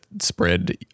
spread